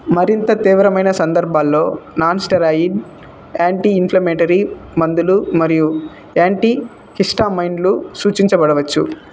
మరింత తీవ్రమైన సందర్భాల్లో నాన్ స్టెరాయిడ్ యాంటీ ఇన్ఫ్లమెటరీ మందులు మరియు యాంటి హిస్టామైన్లు సూచించబడవచ్చు